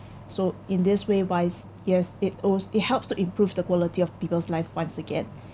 so in this way wise yes it o~ it helps to improve the quality of people's life once again